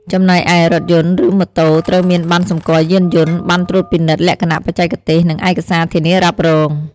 ចំណែកឯ រថយន្ត ឬម៉ូតូ ត្រូវមានបណ្ណសម្គាល់យានយន្ត បណ្ណត្រួតពិនិត្យលក្ខណៈបច្ចេកទេស និងឯកសារធានារ៉ាប់រង។